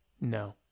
No